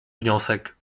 wniosek